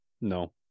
No